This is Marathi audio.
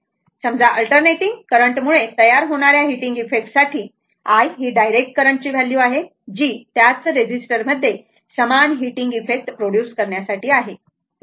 समजाअल्टरनेटिंग करंट मुळे तयार होणाऱ्याहीटिंग इफेक्ट साठी i ही डायरेक्ट करंटची व्हॅल्यू आहे जी त्याच रजिस्टर मध्ये समान हीटिंग इफेक्ट प्रोड्यूस करण्यासाठी आहे बरोबर